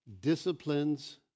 disciplines